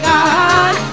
God